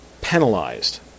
penalized